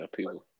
People